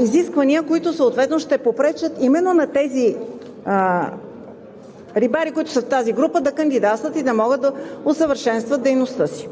изисквания, които съответно ще попречат именно на тези рибари, които са в тази група, да кандидатстват и да могат да усъвършенстват дейността си.